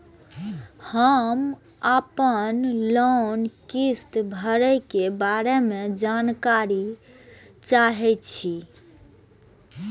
हम आपन लोन किस्त भरै के बारे में जानकारी चाहै छी?